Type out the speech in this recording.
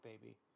baby